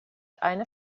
eine